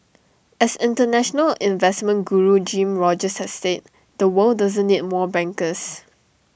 as International investment Guru Jim Rogers has said the world doesn't need more bankers